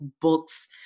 books